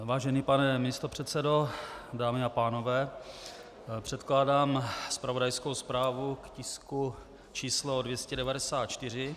Vážený pane místopředsedo, dámy a pánové, předkládám zpravodajskou zprávu k tisku číslo 294.